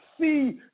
see